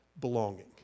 belonging